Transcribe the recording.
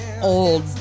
old